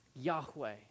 Yahweh